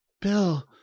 Bill